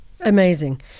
Amazing